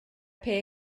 pay